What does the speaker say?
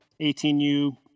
18U